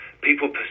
people